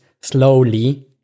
slowly